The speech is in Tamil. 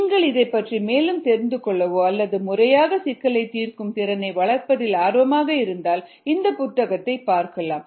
நீங்கள் இதைப்பற்றி மேலும் தெரிந்து கொள்ளவோ அல்லது முறையாக சிக்கலைத் தீர்க்கும் திறனை வளர்ப்பதில் ஆர்வமாக இருந்தால் இந்த புத்தகத்தைப் பார்க்கலாம்